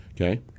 okay